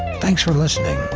thanks for listening,